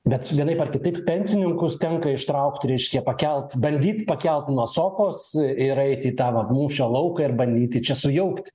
bet vienaip ar kitaip pensininkus tenka ištraukt reiškia pakelt bandyt pakelt nuo sofos ir eiti į tą vat mūšio lauką ir bandyti čia sujaukti